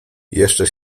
jeszcze